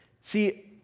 See